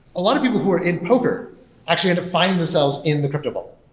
a lot of people who are in poker actually end up finding themselves in the crypto ball.